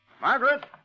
Margaret